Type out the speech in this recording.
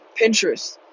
Pinterest